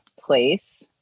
place